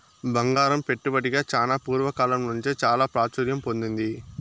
బంగారం పెట్టుబడిగా చానా పూర్వ కాలం నుంచే చాలా ప్రాచుర్యం పొందింది